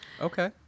Okay